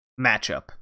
matchup